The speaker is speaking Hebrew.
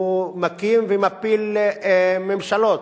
הוא מקים ומפיל ממשלות.